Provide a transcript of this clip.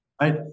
Right